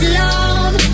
love